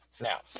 Now